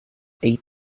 eight